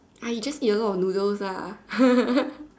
I just eat a lot of noodles lah